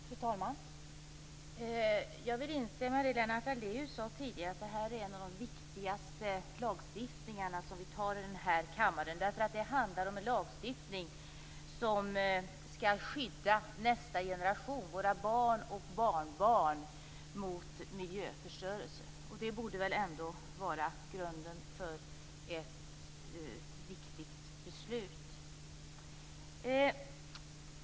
Fru talman! Jag vill instämma i det Lennart Daléus sade tidigare, att det här är en av de viktigaste lagstiftningar som vi har att anta i kammaren. Det handlar om en lagstiftning som skall skydda nästa generation, våra barn och barnbarn, mot miljöförstörelse. Det borde ändå vara grunden för ett viktigt beslut.